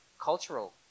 cultural